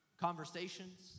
conversations